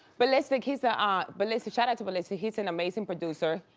ballistic, he's a, ah ballistic, shout out to ballistic. he's an amazing producer,